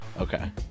Okay